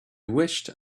wished